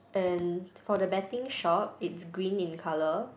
and for the betting shop it's green in colour